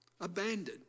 abandoned